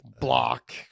block